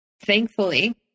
Thankfully